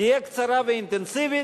תהיה קצרה ואינטנסיבית,